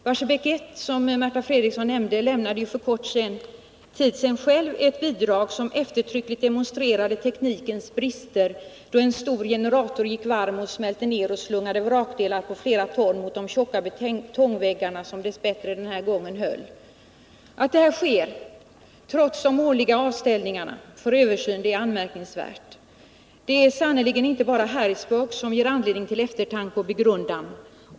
Barsebäck 1, som Märta Fredrikson nämnde, lämnade för kort tid sedan ett bidrag som eftertryckligt demonstrerade teknikens brister, nämligen då en stor generator gick varm, smälte ner och slungade vrakdelar på flera ton mot de tjocka betongväggarna, som dess bättre höll den här gången. Att något sådant sker trots de årliga avstängningarna för översyn är anmärkningsvärt. Det är sannerligen inte bara Harrisburg som ger anledning till eftertanke och begrundan.